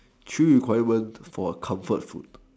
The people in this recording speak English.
three requirement for comfort food